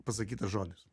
pasakytas žodis